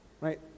Right